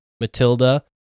Matilda